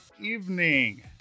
evening